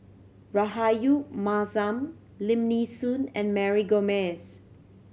Rahayu Mahzam Lim Nee Soon and Mary Gomes